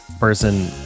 Person